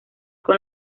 con